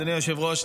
אדוני היושב-ראש,